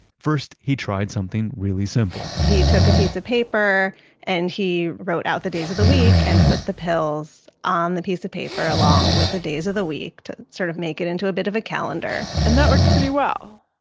first, he tried something really simple. he took a piece of paper and he wrote out the days of the week and put the pills on the piece of paper along with the days of the week to sort of make it into a bit of a calendar and that worked pretty well,